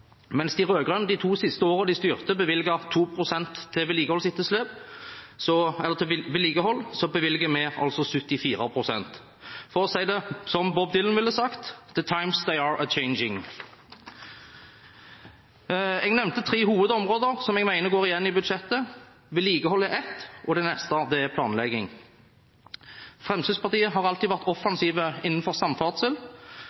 Mens de rød-grønne de to siste årene de styrte, bevilget 2 pst. til vedlikehold, bevilger vi 74 pst. For å si det som Bob Dylan ville sagt det: «The times they are a-changin’». Jeg nevnte tre hovedområder som jeg mener går igjen i budsjettet. Vedlikehold er ett, og det neste er planlegging: Fremskrittspartiet har alltid vært